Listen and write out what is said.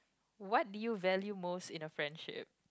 what did you value most in a friendship